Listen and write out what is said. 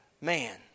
man